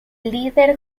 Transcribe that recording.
líder